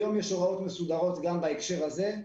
היום יש הוראות מסודרות גם בהקשר הזה.